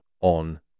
on